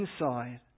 inside